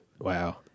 Wow